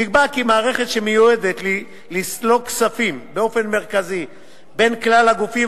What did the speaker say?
נקבע כי מערכת שמיועדת לסלוק כספים באופן מרכזי בין כלל הגופים